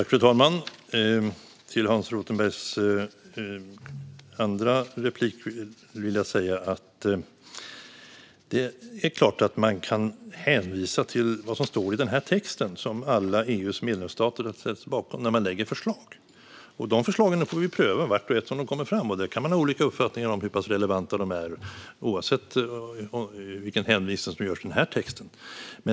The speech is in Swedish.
Fru talman! Till Hans Rothenbergs andra replik vill jag säga att det är klart att man kan hänvisa till vad som står i texten som alla EU:s medlemsstater har ställt sig bakom när man lägger fram förslag. De förslagen får vi pröva vart och ett som de kommer fram. Man kan ha olika uppfattningar om hur pass relevanta de är oavsett vilken hänvisning som görs till texten.